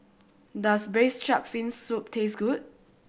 does braise shark fin soup taste good